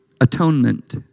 Atonement